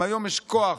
אם היום יש כוח